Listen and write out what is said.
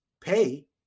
pay